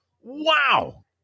wow